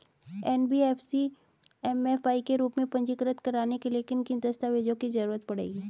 NBFC MFI के रूप में पंजीकृत कराने के लिए किन किन दस्तावेजों की जरूरत पड़ेगी?